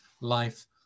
life